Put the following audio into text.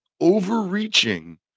overreaching